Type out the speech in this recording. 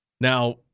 Now